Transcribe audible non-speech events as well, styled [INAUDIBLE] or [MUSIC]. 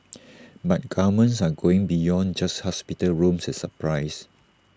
[NOISE] but governments are going beyond just hospital rooms and supplies